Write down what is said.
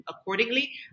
accordingly